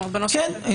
כן.